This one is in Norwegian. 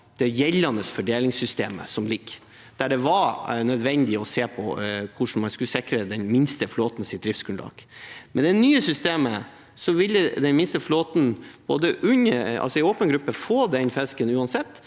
det gjeldende fordelingssystemet som foreligger, der det var nødvendig å se på hvordan man skulle sikre den minste flåtens driftsgrunnlag. Med det nye systemet vil den minste flåten, altså i åpen gruppe, få den fisken uansett,